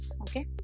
Okay